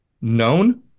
known